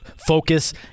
focus